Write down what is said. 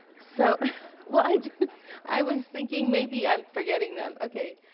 so well i i was thinking maybe i'm forgetting them. okay.